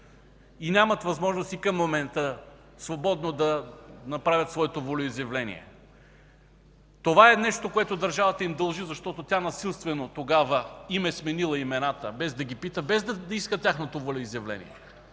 и нямат възможност и към момента свободно да направят своето волеизявление. Това е нещо, което държавата им дължи, защото тогава тя насилствено им е сменила имената, без да ги пита, без да иска тяхното волеизявление.